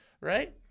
right